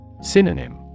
Synonym